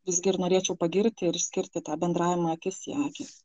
visgi ir norėčiau pagirti ir išskirti tą bendravimą akis į akį